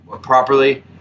properly